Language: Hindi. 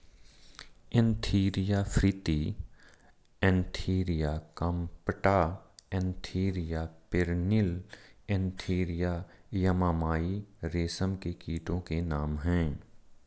Antheraea frithi Antheraea compta Antheraea pernyi Antheraea yamamai रेशम के कीटो के नाम हैं